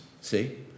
See